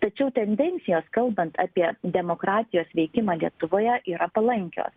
tačiau tendencijos kalbant apie demokratijos veikimą lietuvoje yra palankios